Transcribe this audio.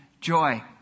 joy